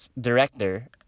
director